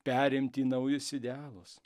perimti naujus idealus